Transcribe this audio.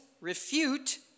Refute